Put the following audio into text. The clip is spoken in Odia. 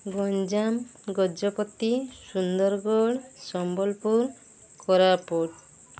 ଗଞ୍ଜାମ ଗଜପତି ସୁନ୍ଦରଗଡ଼ ସମ୍ବଲପୁର କୋରାପୁଟ